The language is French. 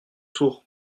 tour